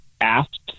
asked